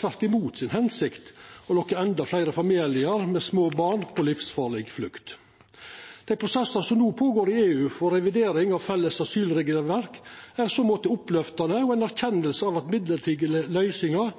verka mot si hensikt og lokka endå fleire familiar med små barn på livsfarleg flukt. Dei prosessane som no går føre seg i EU for revidering av felles asylregelverk, er i så måte oppløftande og ei erkjenning av at mellombelse løysingar